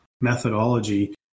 methodology